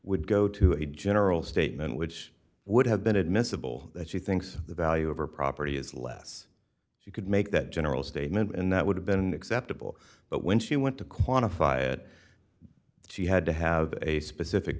would go to a general statement which would have been admissible that she thinks the value of her property is less if you could make that general statement and that would have been acceptable but when she went to quantify it she had to have a specific